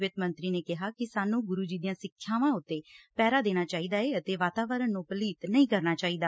ਵਿੱਤ ਮੰਤਰੀ ਨੇ ਕਿਹਾ ਕਿ ਸਾਨੂੰ ਗੁਰੂ ਜੀ ਦੀਆਂ ਸਿੱਖਿਆਵਾਂ ਤੇ ਪਹਿਰਾ ਦੇਣਾ ਚਾਹੀਦਾ ਏ ਅਤੇ ਵਾਤਾਵਰਨ ਨੂੰ ਪਲੀਤ ਨਹੀ ਕਰਨਾ ਚਾਹੀਦਾ